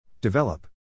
Develop